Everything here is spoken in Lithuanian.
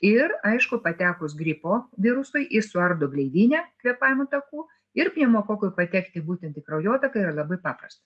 ir aišku patekus gripo virusui jis suardo gleivinę kvėpavimo takų ir pneumokokui patekti būtent į kraujotaką yra labai paprasta